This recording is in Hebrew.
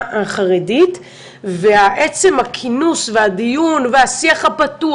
החרדית ועצם הכינוס והדיון והשיח הפתוח,